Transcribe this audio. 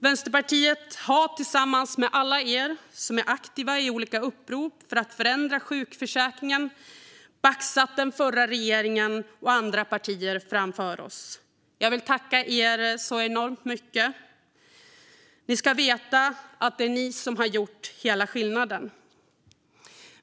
Vänsterpartiet har tillsammans med alla er som är aktiva i olika upprop för att förändra sjukförsäkringen baxat den förra regeringen och andra partier framför oss. Jag vill tacka er enormt mycket. Ni ska veta att det är ni som har gjort hela skillnaden.